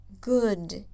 Good